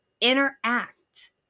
interact